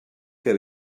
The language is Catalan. que